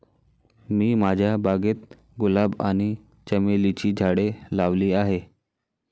मी माझ्या बागेत गुलाब आणि चमेलीची झाडे लावली आहे